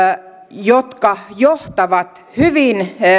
jotka johtavat hyvin